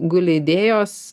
guli idėjos